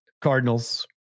Cardinals